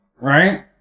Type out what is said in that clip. right